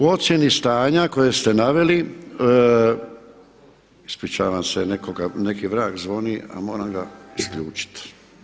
U ocjeni stanja koje ste naveli, ispričavam neki vrag zvoni, a moram ga isključit.